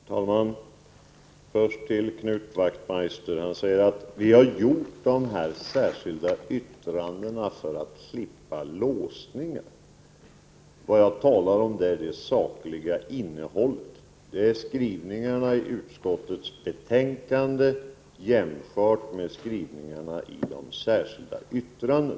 Prot. 1985/86:26 Herr talman! Knut Wachtmeister säger att man har gjort dessa särskilda — 13 november 1985 yttranden för att slippa den låsning det innebär att avge en ressemation. Vad XX —— jag talar om är det sakliga innehållet i de särskilda yttrandena jämfört med skrivningarna i utskottets betänkande.